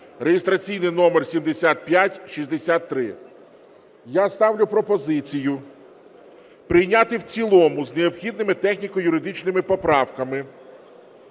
(реєстраційний номер 7563). Я ставлю пропозицію прийняти в цілому з необхідними техніко-юридичними поправками